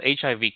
HIV